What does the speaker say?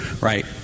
right